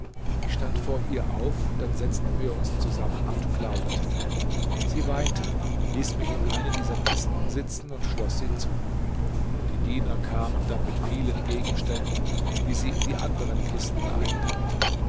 ich stand vor ihr auf dann setzten wir uns zusammen und plauderten sie weinte hieß mich in eine dieser kisten sitzen und schloß sie zu die diener kamen dann mit vielen gegenständen die sie in die anderen kisten einpackten